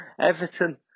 Everton